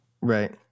Right